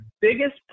biggest